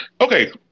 Okay